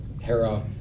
Hera